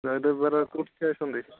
ଜୟଦେବ ବିହାରର କେଉଁଠି ଠିଆ ହେଇଛନ୍ତି